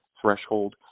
threshold